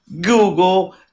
Google